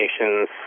Nations